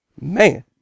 Man